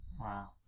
Wow